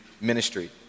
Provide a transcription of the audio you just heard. ministry